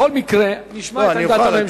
בכל מקרה, נשמע את עמדת הממשלה.